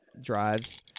drives